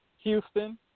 Houston